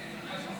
דברים.